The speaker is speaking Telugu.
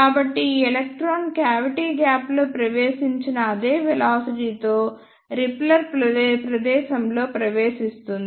కాబట్టి ఈ ఎలక్ట్రాన్ క్యావిటీ గ్యాప్లో ప్రవేశించిన అదే వెలాసిటీ తో రిపెల్లర్ ప్రదేశంలో ప్రవేశిస్తుంది